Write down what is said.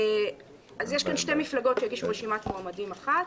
אז יש כאן שתי מפלגות שהגישו רשימת מועמדים אחת.